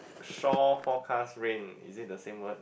shore forecast rain is it the same one